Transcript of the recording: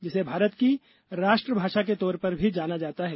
जिसे भारत की राष्ट्रभाषा के तौर पर भी जाना जाता है